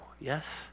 Yes